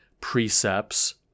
precepts